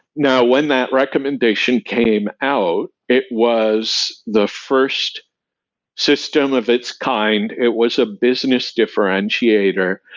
now, when that recommendation came out, it was the first system of its kind. it was a business differentiator.